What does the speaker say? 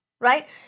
Right